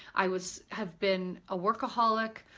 i was, have been a workaholic,